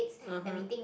(uh huh)